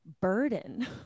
burden